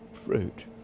fruit